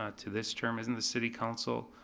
ah to this term, isn't the city council,